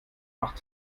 macht